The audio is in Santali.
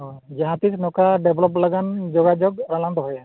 ᱚᱻ ᱡᱟᱦᱟᱸ ᱛᱤᱥ ᱱᱚᱝᱠᱟ ᱰᱮᱵᱽᱞᱚᱯ ᱞᱟᱜᱟᱫ ᱡᱳᱜᱟᱡᱳᱜᱽ ᱟᱞᱟᱝ ᱫᱚᱦᱚᱭᱟ